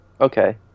okay